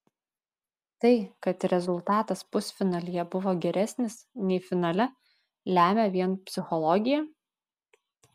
tai kad rezultatas pusfinalyje buvo geresnis nei finale lemia vien psichologija